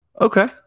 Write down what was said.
Okay